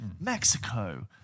mexico